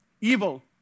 evil